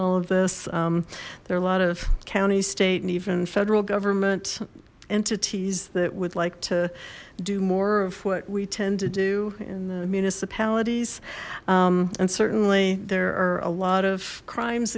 all of this there are a lot of county state and even federal government entities that would like to do more of what we tend to do in the municipalities and certainly there are a lot of crimes